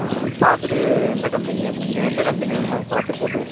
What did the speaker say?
பார்த்துட்டு எந்த கம்பெனி அப்படின்னு எந்த கம்பெனின்னு நம்ம பார்த்து போட்டு கொடுப்போம்